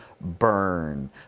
burn